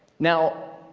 now,